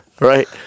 Right